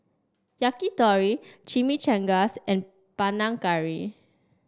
Yakitori Chimichangas and Panang Curry